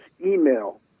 email